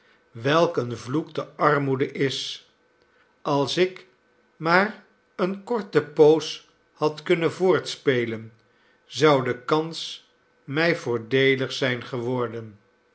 een vloek de armoede is als ik maar eene korte poos had kunnen voortspelen zou de kans mij voordeelig zijn geworden